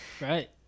right